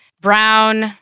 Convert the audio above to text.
Brown